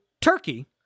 Turkey